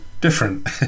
different